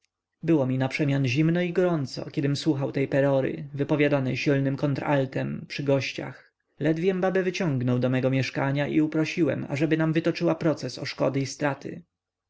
było mi naprzemian zimno i gorąco kiedym słuchał tej perory wypowiadanej silnym kontraltem przy gościach ledwiem babę wyciągnął do mego mieszkania i uprosiłem ażeby nam wytoczyła proces o szkody i straty